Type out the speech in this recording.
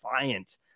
defiant